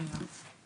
בבקשה.